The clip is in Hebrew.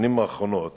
בשנים האחרונות